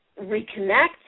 reconnect